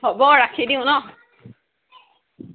হ'ব ৰাখি দিওঁ নহ্